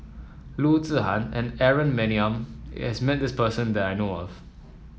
Loo Zihan and Aaron Maniam has met this person that I know of